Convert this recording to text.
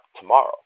tomorrow